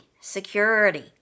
security